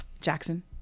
Jackson